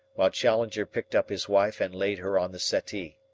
while challenger picked up his wife and laid her on the settee.